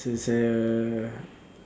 this is uh